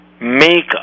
make